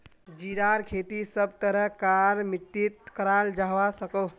जीरार खेती सब तरह कार मित्तित कराल जवा सकोह